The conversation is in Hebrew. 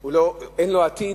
אין לו עתיד.